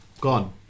Gone